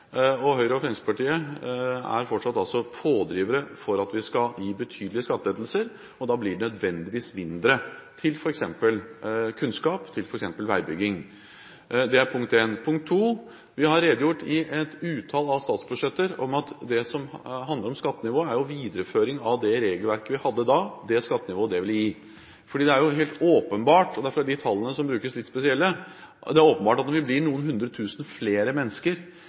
Høyre og Fremskrittspartiet er altså fortsatt pådrivere for at vi skal gi betydelige skattelettelser, og da blir det nødvendigvis mindre til f.eks. kunnskap og til f.eks. veibygging. Det er punkt én. Punkt to: Vi har redegjort i et utall av statsbudsjetter for at det som handler om skattenivå, er en videreføring av det regelverket vi hadde da – det skattenivået det ville gi. De tallene som brukes, er litt spesielle, for det er åpenbart at når vi blir noen hundre tusen flere mennesker,